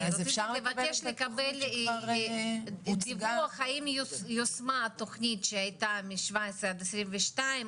אז אפשר לבקש לקבל דיווח האם היא יושמה התוכנית שהיתה מ17' עד 22',